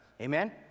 Amen